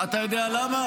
אתה יודע למה?